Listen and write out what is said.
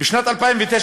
בשנת 2009,